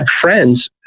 friends